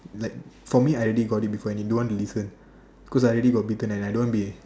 like for me I already got it before and you don't want to listen cause I already got bitten and I don't want to be